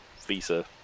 visa